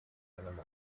einem